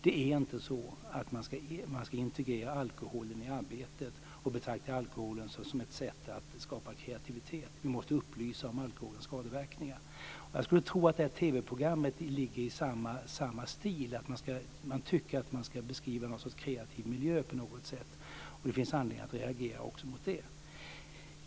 Det är inte så att alkoholen ska integreras i arbetet och att den betraktas som ett sätt att skapa kreativitet. I stället måste vi upplysa om alkoholens skadeverkningar. Jag skulle tro att nämnda TV-program går i samma stil - man tycker att man på något sätt ska beskriva en sorts kreativ miljö. Det finns anledning att reagera också mot det.